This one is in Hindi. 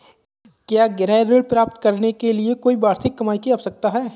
क्या गृह ऋण प्राप्त करने के लिए कोई वार्षिक कमाई की आवश्यकता है?